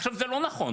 עכשיו, זה לא נכון.